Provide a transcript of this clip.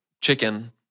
chicken